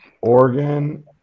Oregon